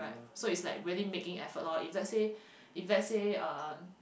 so it's like really making effort loh if let's say if let's say um